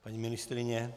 Paní ministryně?